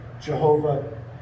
Jehovah